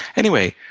anyway,